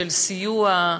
של סיוע.